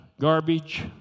garbage